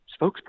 spokesperson